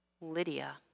Lydia